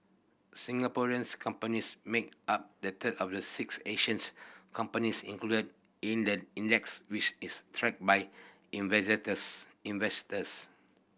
Singaporeans companies make up the third of the six Asians companies included in the index which is tracked by investors